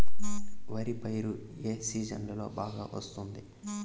వరి పైరు ఏ సీజన్లలో బాగా వస్తుంది